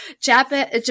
Japan